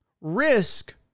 risk